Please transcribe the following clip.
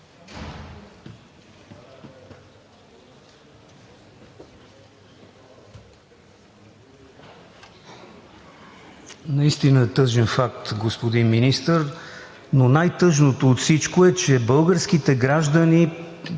Наистина е тъжен факт, господин Министър. Но най-тъжното от всичко е, че българските граждани